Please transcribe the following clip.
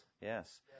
yes